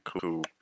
cool